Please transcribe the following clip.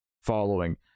following